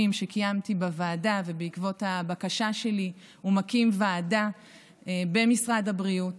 שקיימתי בוועדה ובעקבות הבקשה שלי הוא מקים ועדה במשרד הבריאות